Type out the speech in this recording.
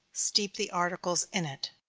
steep the articles in it.